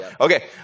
Okay